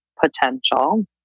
potential